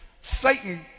Satan